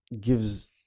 gives